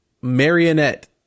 marionette